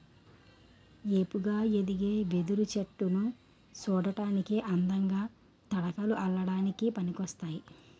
ఏపుగా ఎదిగే వెదురు చెట్టులు సూడటానికి అందంగా, తడకలు అల్లడానికి పనికోస్తాయి